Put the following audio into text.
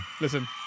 Listen